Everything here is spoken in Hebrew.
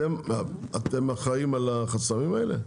אתם אחראים על החסמים האלה?